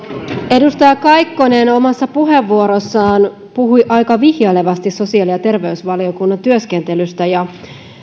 edustaja kaikkonen omassa puheenvuorossaan puhui aika vihjailevasti sosiaali ja terveysvaliokunnan työskentelystä mutta